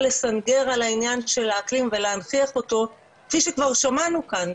לסנגר על העניין של האקלים ולהנכיח אותו כפי שכבר שמענו כאן,